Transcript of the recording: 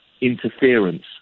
interference